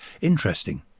interesting